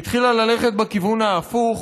היא התחילה ללכת בכיוון ההפוך